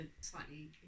slightly